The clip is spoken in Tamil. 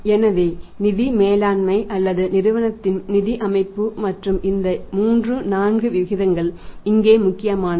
எனவே நிதி மேலாண்மை அல்லது நிறுவனத்தின் நிதி அமைப்பு மற்றும் இந்த 3 4 விகிதங்கள் இங்கே முக்கியமானவை